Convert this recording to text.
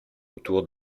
autour